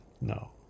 No